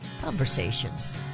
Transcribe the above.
conversations